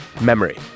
memory